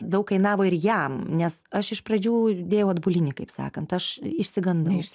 daug kainavo ir jam nes aš iš pradžių dėjau atbulinį kaip sakant aš išsigandau